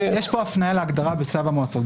יש פה הפניה להגדרה בצו המועצות.